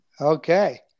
Okay